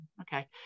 okay